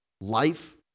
Life